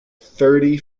thirty